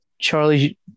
Charlie